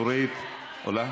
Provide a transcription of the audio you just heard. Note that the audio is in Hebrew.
נורית, עולה?